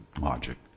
logic